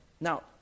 Now